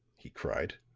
he cried.